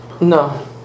No